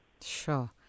Sure